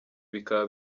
bikaba